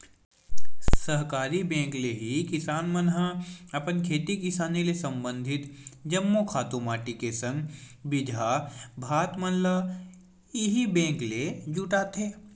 सहकारी बेंक ले ही किसान मन ह अपन खेती किसानी ले संबंधित जम्मो खातू माटी के संग बीजहा भात मन ल इही बेंक ले जुटाथे